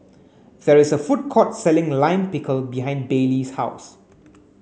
there is a food court selling Lime Pickle behind Bailey's house